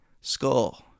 skull